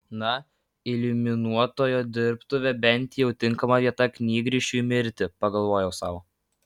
na iliuminuotojo dirbtuvė bent jau tinkama vieta knygrišiui mirti pagalvojo sau